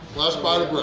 last bite of bread!